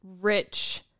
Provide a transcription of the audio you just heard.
rich